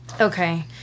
Okay